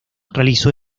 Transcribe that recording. realizó